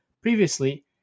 Previously